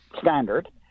Standard